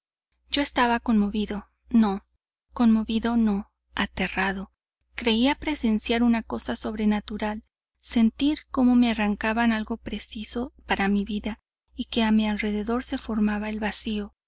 yo estaba conmovido no conmovido no aterrado creía presenciar una cosa sobrenatural sentir como que me arrancaban algo preciso para mi vida y que a mi alrededor se formaba el vacío